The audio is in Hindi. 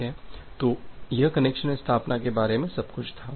ठीक है तो यह कनेक्शन स्थापना के बारे में सब कुछ था